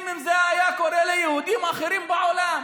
אם זה היה קורה ליהודים אחרים בעולם?